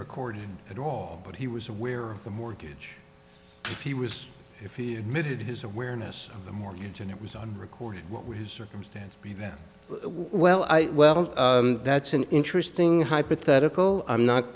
recorded at all but he was aware of the mortgage he was if he admitted his awareness of the mortgage and it was on record what would his circumstance be that while i well that's an interesting hypothetical i'm not